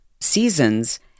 seasons